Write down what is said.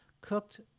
cooked